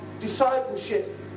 discipleship